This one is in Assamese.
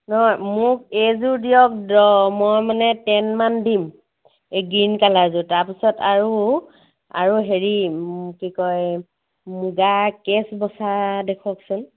নহয় মোক এইযোৰ দিয়ক মই মানে টেন মান দিম এই গ্ৰীণ কালাৰযোৰ তাৰপিছত আৰু আৰু হেৰি কি কয় মুগা কেচ বছা দেখুৱাওঁকচোন